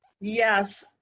Yes